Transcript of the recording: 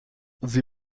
sie